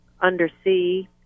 undersea